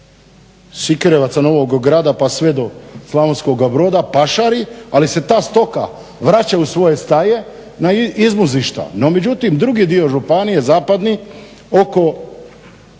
Sikirevaca, Novog Grada pa sve do Slavonskoga Broda pašari ali se ta stoka vraća u svoje staje izmuzišta. No međutim, drugi dio županije zapadni oko